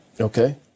Okay